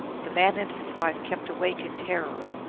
the man and his wife kept awake in terror.